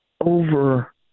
over